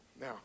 now